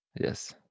Yes